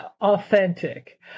authentic